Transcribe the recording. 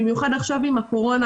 במיוחד עכשיו עם הקורונה,